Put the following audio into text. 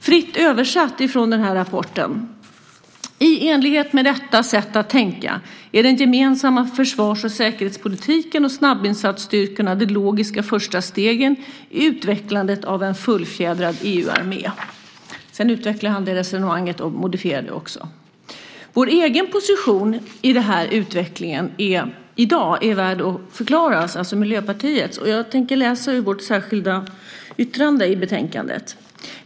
Fritt översatt från rapporten står det så här: I enlighet med detta sätt att tänka är den gemensamma försvars och säkerhetspolitiken och snabbinsatsstyrkorna de logiska första stegen i utvecklandet av en fullfjädrad EU-armé. Det resonemanget utvecklas och modifieras sedan. Miljöpartiets position i dag i den här utvecklingen är värd att förklaras. Jag ska läsa ur vårt särskilda yttrande i betänkandet.